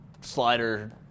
slider